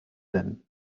then